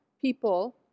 people